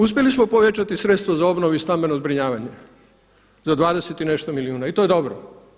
Uspjeli smo povećati sredstva za obnovu i stambeno zbrinjavanje za 20 i nešto milijuna i to je dobro.